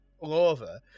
over